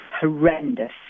horrendous